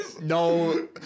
No